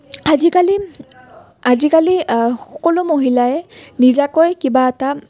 আজিকালি আজিকালি সকলো মহিলাই নিজাকৈ কিবা এটা